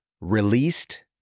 released